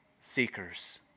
seekers